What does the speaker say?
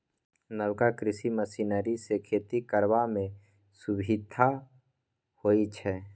नबका कृषि मशीनरी सँ खेती करबा मे सुभिता होइ छै